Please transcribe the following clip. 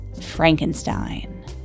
Frankenstein